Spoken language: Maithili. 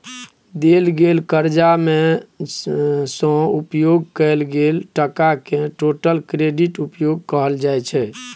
देल गेल करजा मे सँ उपयोग कएल गेल टकाकेँ टोटल क्रेडिट उपयोग कहल जाइ छै